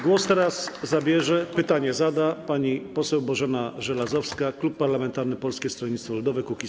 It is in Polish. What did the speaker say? Głos teraz zabierze i pytanie zada pani poseł Bożena Żelazowska, klub parlamentarny Polskie Stronnictwo Ludowe - Kukiz15.